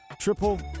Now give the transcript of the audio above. Triple